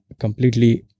completely